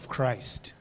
Christ